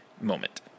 moment